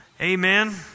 Amen